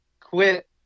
quit